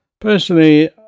Personally